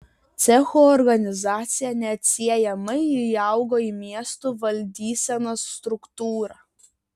cechų organizacija neatsiejamai įaugo į miestų valdysenos struktūrą